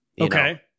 Okay